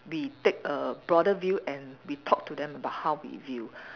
we take a broader view and we talk to them about how we view